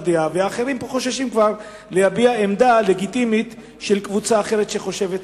דעה ואנשים חוששים כבר להביע עמדה לגיטימית של קבוצה אחרת שחושבת אחרת.